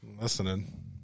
listening